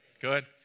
Good